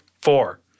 Four